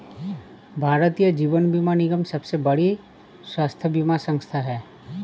भारतीय जीवन बीमा निगम सबसे बड़ी स्वास्थ्य बीमा संथा है